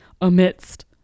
amidst